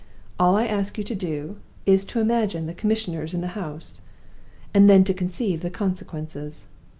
all i ask you to do is to imagine the commissioners in the house and then to conceive the consequences.